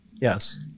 Yes